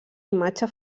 imatge